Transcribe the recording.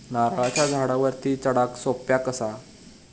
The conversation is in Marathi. नारळाच्या झाडावरती चडाक सोप्या कसा?